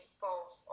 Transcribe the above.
falls